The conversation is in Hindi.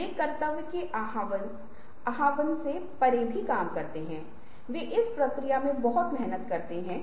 तो आपके कौशल में धीरे धीरे सुधार होता है वे अचानक उन विचारों को नहीं करते हैं जो वे बाहर नहीं आते हैं